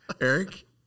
Eric